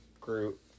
Groot